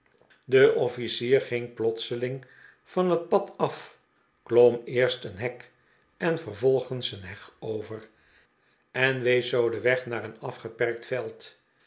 de officier ging plotseling van het pad af klom eerst een hek en vervolgens een heg over en wees zoo den weg naar een afgeperkt veld